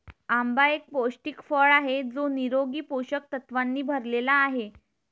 आंबा एक पौष्टिक फळ आहे जो निरोगी पोषक तत्वांनी भरलेला आहे